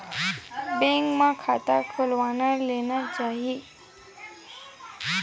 bank म खाता खोलवा लेना चाही जेखर ले हर महिना जादा नइ ता थोक थोक तउनो जमा होवत रइही